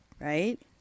right